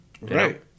Right